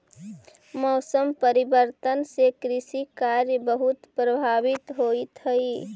मौसम परिवर्तन से कृषि कार्य बहुत प्रभावित होइत हई